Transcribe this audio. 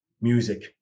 music